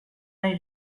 nahi